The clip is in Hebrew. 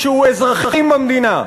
שהם אזרחים במדינה.